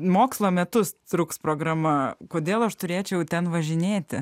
mokslo metus truks programa kodėl aš turėčiau ten važinėti